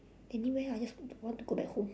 anywhere ah I just don't want to go back home